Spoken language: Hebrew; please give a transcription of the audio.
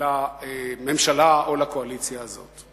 לממשלה או לקואליציה הזאת.